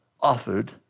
offered